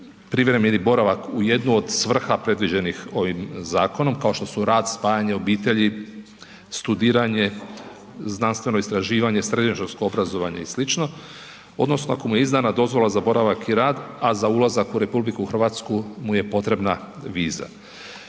privremeni boravak u jednu od svrha predviđenih ovim zakonom, kao što su rad, spajanje obitelji, studiranje, znanstveno istraživanje, srednjoškolsko obrazovanje i sl., odnosno ako mu je izdana dozvola za boravak i rad, a za ulazak u RH mu je potrebna viza.